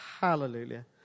Hallelujah